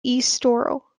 estoril